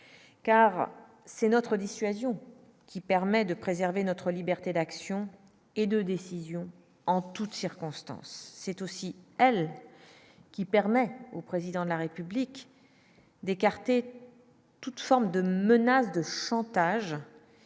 car c'est notre dissuasion qui permet de préserver notre liberté d'action et de décision en toute circonstance c'est aussi elle qui permet au président de la République d'écarter toutes formes de menaces de chantage